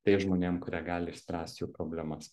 tais žmonėm kurie gali išspręst jų problemas